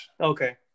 Okay